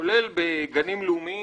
כולל בגנים לאומיים